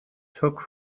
took